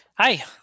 Hi